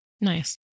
Nice